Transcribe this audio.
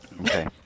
Okay